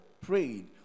prayed